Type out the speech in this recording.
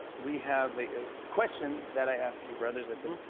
we have the the question that i asked your brothers i said,